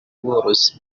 borozi